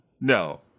No